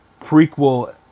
prequel